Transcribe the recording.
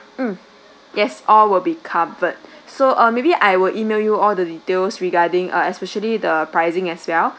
mm yes all will be covered so err maybe I will email you all the details regarding uh especially the pricing as well